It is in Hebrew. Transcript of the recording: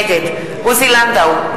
נגד עוזי לנדאו,